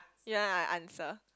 ya I answer